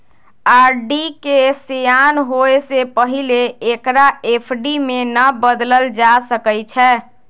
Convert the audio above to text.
RD के सेयान होय से पहिले एकरा एफ.डी में न बदलल जा सकइ छै